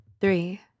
Three